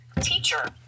teacher